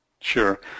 Sure